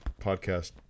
podcast